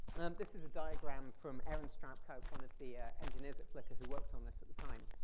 this is a diagram from aaron straup cope, one of the engineers at flickr who worked on this at the time.